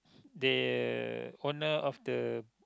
they owner of the